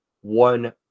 one